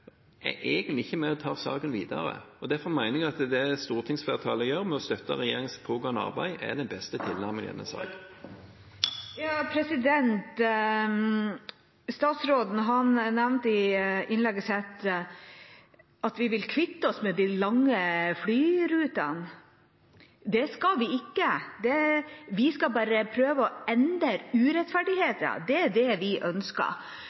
er egentlig ikke med og tar saken videre. Derfor mener jeg at det stortingsflertallet gjør ved å støtte regjeringens pågående arbeid, er den beste tilnærmingen i denne saken. Statsråden nevnte i innlegget sitt at vi vil kvitte oss med de lange flyrutene. Det skal vi ikke, vi skal bare prøve å endre urettferdigheten. Det er det vi ønsker.